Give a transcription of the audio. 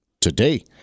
today